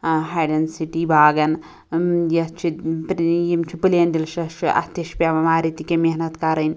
ٲں high density باغَن یتھ چھِ یم چھِ پٕلین ڈیٚلشَس چھِ اتھ تہِ چھُ پیٚوان واریاہ تہِ کیٚنٛہہ محنت کَرٕنۍ